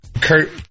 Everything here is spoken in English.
Kurt